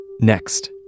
Next